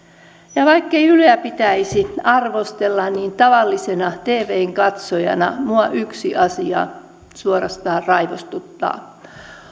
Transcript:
ja vaikkei yleä pitäisi arvostella niin tavallisena tvn katsojana minua yksi asia suorastaan raivostuttaa